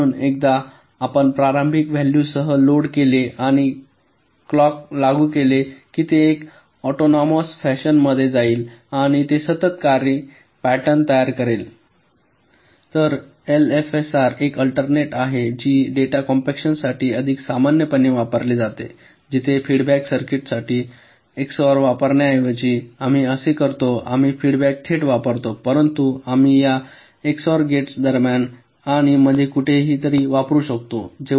म्हणून एकदा आपण प्रारंभिक व्हॅलू सह लोड केले आणि क्लॉक लागू केले की ते एक ऑटोनॉमस फॅशनमध्ये जाईल आणि ते सतत काही पॅटर्न तयार करेल तर एलएफएसआरची एक अल्टर्नेट आहे जी डेटा कॉम्पेक्शनसाठी अधिक सामान्यपणे वापरली जाते जिथे फीडबॅक सर्किटमध्ये एक्सओआर वापरण्याऐवजी आम्ही असे करतो आम्ही फीडबॅक थेट वापरतो परंतु आम्ही या एक्सओआर गेट्स दरम्यान आणि मध्ये कुठेतरी वापरू शकतो